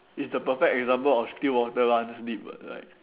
it's the perfect example of still water runs deep but like